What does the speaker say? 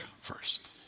first